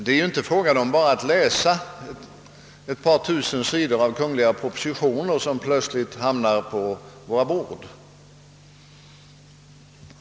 Det gäller ju för oss inte bara att läsa ett par tusen sidor ur kungliga propositioner, som plötsligt hamnar på vårt bord.